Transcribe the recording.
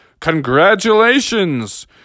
Congratulations